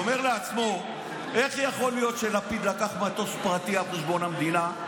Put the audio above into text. אומר לעצמו: איך יכול להיות שלפיד לקח מטוס פרטי על חשבון המדינה,